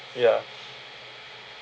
ya